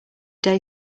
day